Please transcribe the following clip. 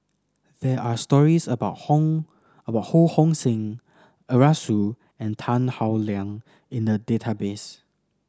there are stories about Hong about Ho Hong Sing Arasu and Tan Howe Liang in the database